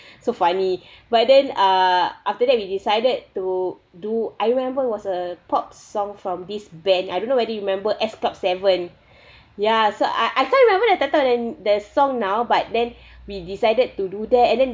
so funny but then uh after that we decided to do I remember was a pop song from this band I don't know whether you remember S club seven ya so I I can't remember the title and the song now but then we decided to do that and then